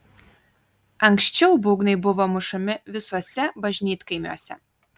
anksčiau būgnai buvo mušami visuose bažnytkaimiuose